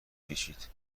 بپیچید